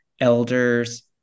elders